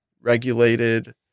regulated